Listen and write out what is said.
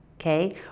Okay